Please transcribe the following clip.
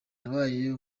yabaye